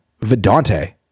vedante